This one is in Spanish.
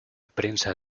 prensa